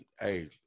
hey